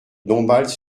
dombasle